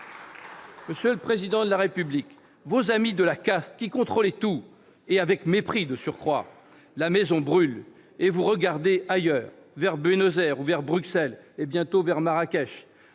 M. le Président de la République, qui, avec ses amis de la caste, contrôle tout et avec mépris de surcroît : la maison brûle et il regarde ailleurs, vers Buenos Aires ou vers Bruxelles, bientôt vers Marrakech